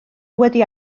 wedi